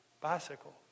bicycle